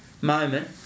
moment